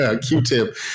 Q-tip